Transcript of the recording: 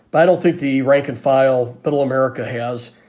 but i don't think the rank and file middle america has.